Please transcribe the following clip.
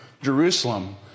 Jerusalem